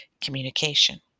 communication